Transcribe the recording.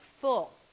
full